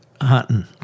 hunting